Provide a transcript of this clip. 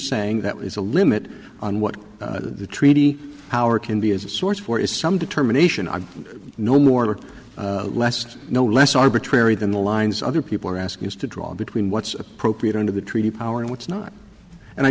saying that is a limit on what the treaty power can be as a source for is some determination are no more or less no less arbitrary than the lines other people are asking us to draw between what's appropriate under the treaty power and what's not and i